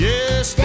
Yes